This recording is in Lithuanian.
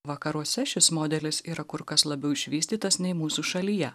vakaruose šis modelis yra kur kas labiau išvystytas nei mūsų šalyje